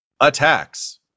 attacks